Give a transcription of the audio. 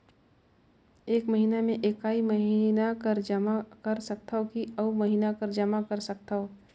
एक महीना मे एकई महीना कर जमा कर सकथव कि अउ महीना कर जमा कर सकथव?